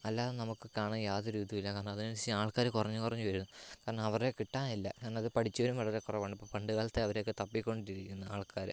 അല്ലാതെ നമുക്ക് കാണാൻ യാതൊരു ഇതുമില്ല കാരണം അതിനനുസരിച്ച് ആൾക്കാർ കുറഞ്ഞ് കുറഞ്ഞ് വരുക കാരണം അവരെ കിട്ടാനില്ല കാരണം അത് പഠിച്ചവരും വളരെ കുറവാണ് ഇപ്പം പണ്ടു കാലത്ത് അവരെയൊക്കെ തപ്പി കൊണ്ടിരിക്കുന്നു ആൾക്കാരെ